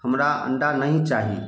हमरा अण्डा नहि चाही